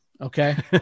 okay